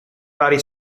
vari